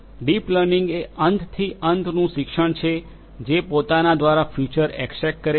deep learning એ અંત થી અંતનું શિક્ષણ છે જે પોતાના દ્વારા ફીચર એક્સટ્રેક કરે છે